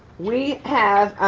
we have